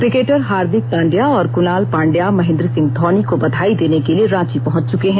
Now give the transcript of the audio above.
cricketer Hardik Pandya और कुणाल पांड्या महेंद्र सिंह धौनी को बधाई देने के लिए रांची पहुंच चुके हैं